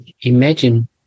imagine